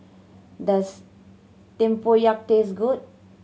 does tempoyak taste good